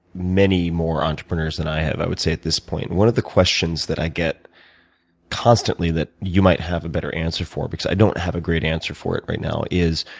many more entrepreneurs than i have, i would say at this point. one of the questions that i get constantly that you might have a better answer for, because i don't have a great answer for it right now, is